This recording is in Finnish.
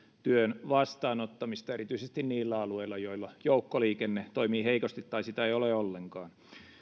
työn vastaanottamista erityisesti niillä alueilla joilla joukkoliikenne toimii heikosti tai sitä ei ole ollenkaan